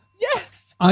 Yes